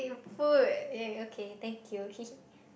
food !yay! okay thank you hehe